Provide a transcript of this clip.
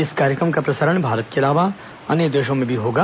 इस कार्यक्रम का प्रसारण भारत के अलावा अन्य देशों में होगा